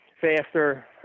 faster